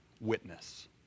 witness